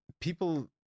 People